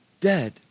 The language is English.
dead